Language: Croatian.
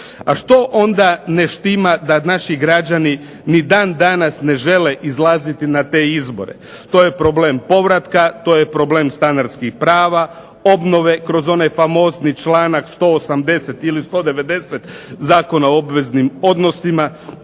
A što onda ne štima da naši građani ni dan danas ne žele izlaziti na te izbore? To je problem povratka, to je problem stanarskih prava, obnove kroz onaj famozni članak 180. ili 190. Zakona o obveznim odnosima.